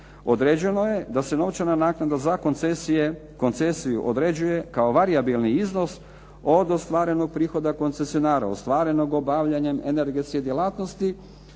određeno je da se novčana naknada za koncesiju određuje kao varijabilni iznos od ostvarenog prihoda koncesionara, ostvarenog obavljanjem energetske djelatnosti,